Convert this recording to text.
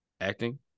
Acting